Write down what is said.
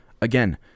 again